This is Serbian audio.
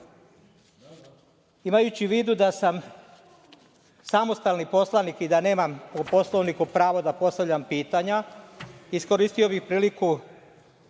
itd. Imajući u vidu da sam samostalni poslanik i da nemam po Poslovniku pravo da postavljam pitanja, iskoristio bih priliku